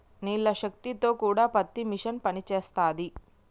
నీళ్ల శక్తి తో కూడా పత్తి మిషన్ పనిచేస్తది